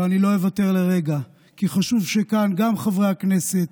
ואני לא אוותר לרגע, כי חשוב שכאן גם חברי הכנסת,